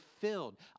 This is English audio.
filled